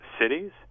cities